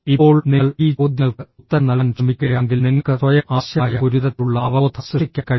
ഇപ്പോൾ നിങ്ങൾ ഈ ചോദ്യങ്ങൾക്ക് ഉത്തരം നൽകാൻ ശ്രമിക്കുകയാണെങ്കിൽ നിങ്ങൾക്ക് സ്വയം ആവശ്യമായ ഒരു തരത്തിലുള്ള അവബോധം സൃഷ്ടിക്കാൻ കഴിയും